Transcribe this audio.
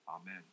Amen